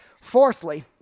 Fourthly